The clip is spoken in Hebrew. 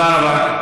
תודה רבה.